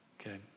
Okay